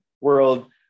world